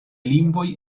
lingvoj